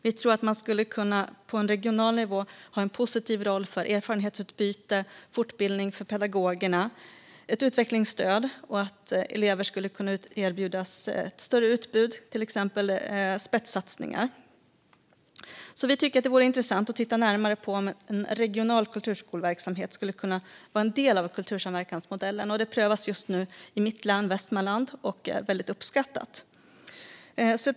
Vi tror att man på regional nivå skulle kunna spela en positiv roll för erfarenhetsutbyte, fortbildning för pedagogerna, utvecklingsstöd och ett större utbud för eleverna, till exempel spetssatsningar. Det vore därför intressant att titta närmare på om en regional kulturskoleverksamhet skulle kunna vara en del av kultursamverkansmodellen. Det prövas just nu i mitt hemlän, Västmanland, och det är väldigt uppskattat.